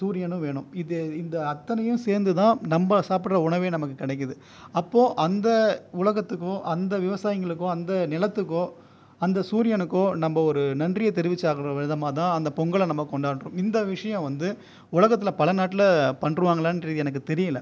சூரியனும் வேணும் இதை இந்த அத்தனையும் சேர்ந்து தான் நம்ம சாப்பிடுற உணவே நமக்கு கிடைக்குது அப்போது அந்த உலகத்துக்கும் அந்த விவசாயிங்களுக்கும் அந்த நிலத்துக்கோ அந்த சூரியனுக்கோ நம்ம ஒரு நன்றியை தெரிவித்தா விதமாகதான் அந்த பொங்கலை நம்ம கொண்டாடுகிறோம் இந்த விஷயம் வந்து உலகத்தில் பல நாட்டில் பண்ணுவாங்களா என்று எனக்கு தெரியலை